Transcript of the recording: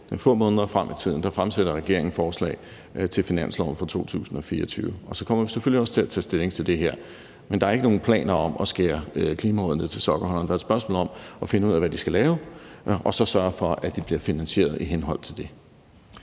det. Om få måneder frem i tiden fremsætter regeringen forslag til finansloven for 2024, og så kommer vi selvfølgelig også til at tage stilling til det her. Men der er ikke nogen planer om at skære Klimarådet ned til sokkeholderne. Der er et spørgsmål om at finde ud af, hvad de skal lave, og så sørge for, at de bliver finansieret i henhold til det.